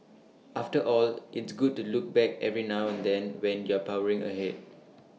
after all it's good to look back every now and then when you're powering ahead